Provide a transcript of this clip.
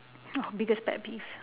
oh biggest pet peeves